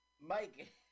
Mike